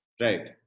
Right